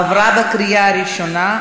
עברה בקריאה ראשונה,